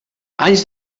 anys